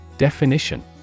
Definition